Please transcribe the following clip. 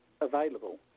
available